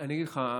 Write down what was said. אני אגיד לך,